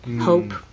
Hope